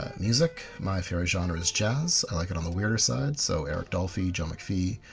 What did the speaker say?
ah music, my favourite genre is jazz. i like it on the weirder side so eric dolphy, joe mcphee,